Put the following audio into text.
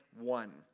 one